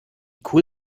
cool